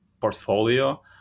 portfolio